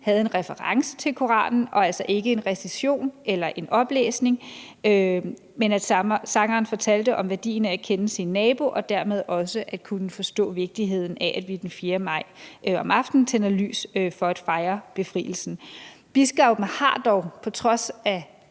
havde en reference til Koranen og altså ikke en recitation eller en oplæsning. Sangeren fortalte om værdien af at kende sin nabo og dermed også at kunne forstå vigtigheden af, at vi den 4. maj om aftenen tænder lys for at fejre befrielsen. Biskoppen har dog på trods af